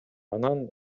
анан